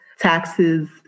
taxes